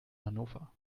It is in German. hannover